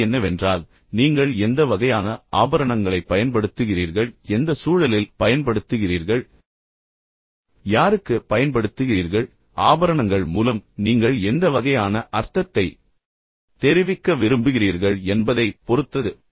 பதில் என்னவென்றால் நீங்கள் எந்த வகையான ஆபரணங்களைப் பயன்படுத்துகிறீர்கள் எந்த சூழலில் பயன்படுத்துகிறீர்கள் யாருக்கு பயன்படுத்துகிறீர்கள் ஆபரணங்கள் மூலம் நீங்கள் எந்த வகையான அர்த்தத்தை தெரிவிக்க விரும்புகிறீர்கள் என்பதைப் பொறுத்தது